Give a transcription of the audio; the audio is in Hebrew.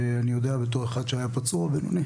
אני יודע בתור אחד שהיה פצוע בינוני